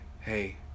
hey